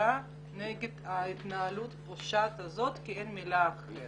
למשטרה נגד ההתנהלות הפושעת הזאת כי אין מילה אחרת